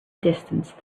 distance